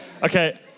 Okay